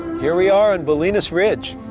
here we are on bolinas ridge.